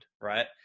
right